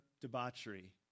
debauchery